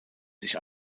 sich